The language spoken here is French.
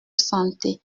santé